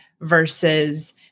versus